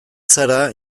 zara